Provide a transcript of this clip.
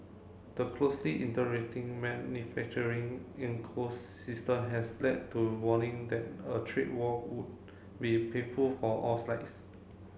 the closely manufacturing ecosystem has led to warning that a trade war would be painful for all sides